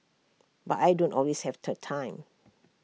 but I don't always have the time